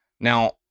Now